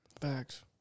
Facts